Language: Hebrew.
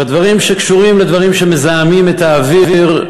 בדברים שקשורים לדברים שמזהמים את האוויר,